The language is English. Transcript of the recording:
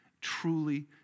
truly